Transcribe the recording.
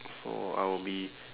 so I would be